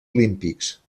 olímpics